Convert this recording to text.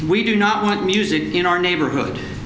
we do not want music in our neighborhood